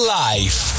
life